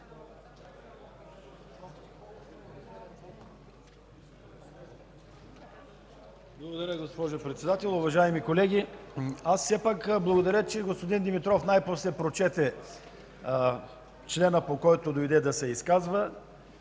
Благодаря, госпожо Председател. Уважаеми колеги, аз все пак благодаря, че господин Димитров най-после прочете члена, по който дойде да се изказва,